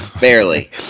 Barely